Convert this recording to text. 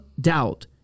doubt